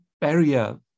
barrier